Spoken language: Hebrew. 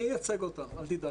אני אייצג אותם, אל תדאג.